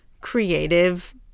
creative